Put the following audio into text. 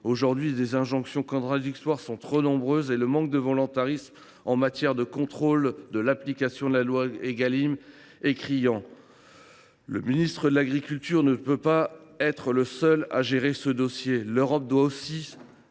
Aujourd’hui, les injonctions contradictoires sont trop nombreuses et le manque de volontarisme en matière de contrôle de l’application de la loi Égalim est criant. Le ministre de l’agriculture ne peut pas être le seul à gérer ce dossier. L’Europe doit aussi